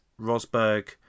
Rosberg